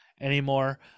anymore